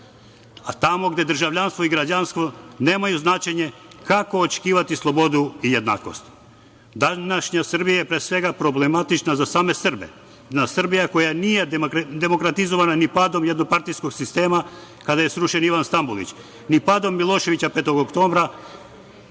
a tamo gde državljanstvo i građanstvo nemaju značenje kako očekivati slobodu i jednakost. Današnja Srbija je pre svega problematična za same Srbe. Srbija koja nije demokratizovana ni padom jednopartijskog sistema kada je srušen Ivan Stambolić, ni padom Miloševića 5. oktobra,